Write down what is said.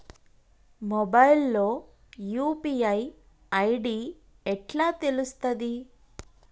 Mobile లో UPI ID ఎట్లా తెలుస్తది?